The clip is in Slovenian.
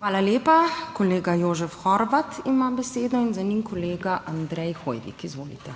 Hvala lepa. Kolega Jožef Horvat ima besedo in za njim kolega Andrej Hoivik. Izvolite.